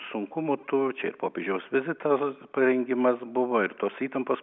sunkumų tų čia ir popiežiaus vizito parengimas buvo ir tos įtampos